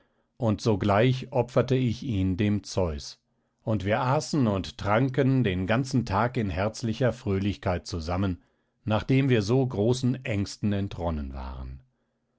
und sogleich opferte ich ihn dem zeus und wir aßen und tranken den ganzen tag in herzlicher fröhlichkeit zusammen nachdem wir so großen ängsten entronnen waren